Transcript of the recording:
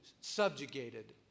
subjugated